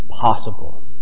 possible